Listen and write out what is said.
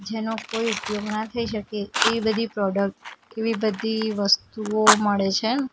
જેનો કોઈ ઉપયોગ ના થઈ શકે એ બધી પ્રોડક્ટ એવી બધી વસ્તુઓ મળે છે